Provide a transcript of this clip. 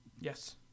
Yes